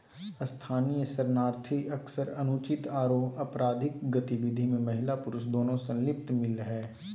स्थानीय शरणार्थी अक्सर अनुचित आरो अपराधिक गतिविधि में महिला पुरुष दोनों संलिप्त मिल हई